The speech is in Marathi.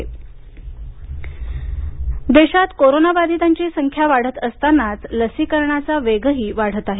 लसीकरण देशात कोरोना बाधितांची संख्या वाढत असतानाच लसीकरणाचा वेगही वाढत आहे